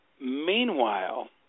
Meanwhile